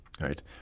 right